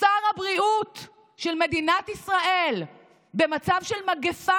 שר הבריאות של מדינת ישראל במצב של מגפה